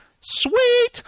Sweet